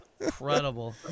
Incredible